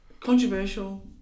Controversial